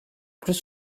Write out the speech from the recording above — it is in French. plus